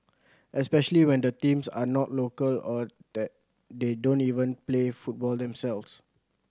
especially when the teams are not local or that they don't even play football themselves